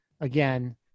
again